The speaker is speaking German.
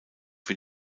für